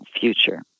future